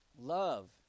Love